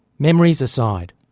memories aside.